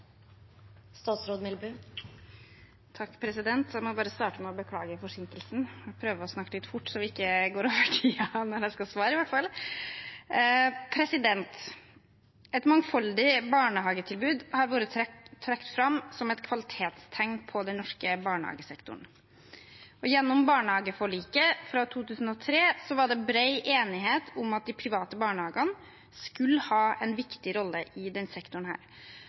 Jeg må bare starte med å beklage forsinkelsen. Jeg skal prøve å snakke litt fort så vi ikke går over tiden når jeg skal svare, i hvert fall! Et mangfoldig barnehagetilbud har vært trukket fram som et kvalitetstegn på den norske barnehagesektoren. Gjennom barnehageforliket fra 2003 var det bred enighet om at de private barnehagene skulle ha en viktig rolle i denne sektoren.